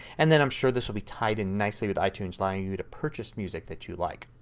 and then i'm sure this will be tied in nicely with itunes allowing you to purchase music that you like.